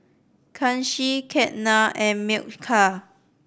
Kanshi Ketna and Milkha